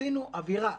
עשינו אווירה.